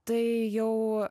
tai jau